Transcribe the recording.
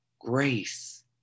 grace